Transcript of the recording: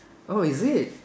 oh is it